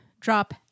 drop